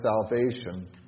salvation